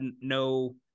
no